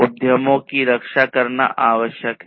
उद्यमों की रक्षा करना आवश्यक है